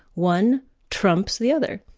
one trumps the other.